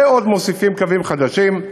ועוד, מוסיפים קווים חדשים,